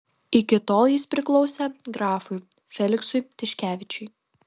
iki tol jis priklausė grafui feliksui tiškevičiui